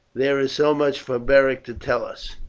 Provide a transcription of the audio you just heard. there is so much for beric to tell us.